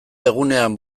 egunean